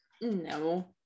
No